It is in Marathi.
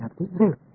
विद्यार्थीः झेड